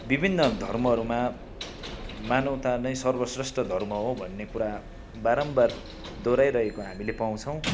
विभिन्न धर्महरूमा मानवता नै सर्वश्रेष्ठ धर्म हो भन्ने कुरा बारम्बार दोहोर्याइरहेको हामीले पाउँछौँ